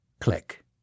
Click